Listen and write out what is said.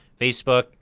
Facebook